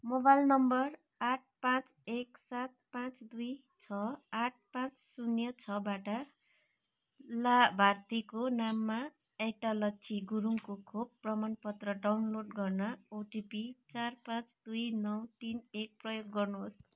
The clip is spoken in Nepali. मोबाइल नम्बर आठ पाँच एक सात पाँच दुई छ आठ पाँच शून्य छ बाट लाभार्थीको नाममा ऐतलक्षी गुरुङको खोप प्रमाणपत्र डाउनलोड गर्न ओटिपी चार पाँच दुई नौ तिन एक प्रयोग गर्नुहोस्